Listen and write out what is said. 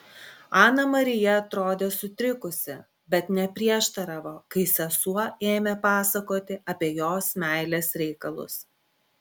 ana marija atrodė sutrikusi bet neprieštaravo kai sesuo ėmė pasakoti apie jos meilės reikalus